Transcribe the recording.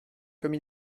comme